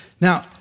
Now